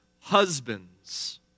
husbands